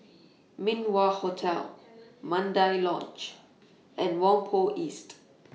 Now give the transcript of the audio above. Min Wah Hotel Mandai Lodge and Whampoa East